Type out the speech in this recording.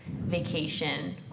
vacation